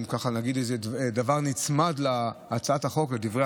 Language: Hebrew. אם נגיד איזה דבר נצמד להצעת החוק בדברי